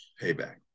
payback